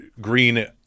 Green